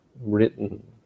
written